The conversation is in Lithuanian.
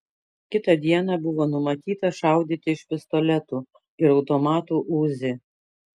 kitą dieną buvo numatyta šaudyti iš pistoletų ir automatų uzi